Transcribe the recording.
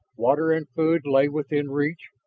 water and food lay within reach,